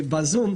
בריאותי,